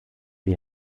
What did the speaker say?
wie